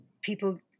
people